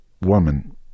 woman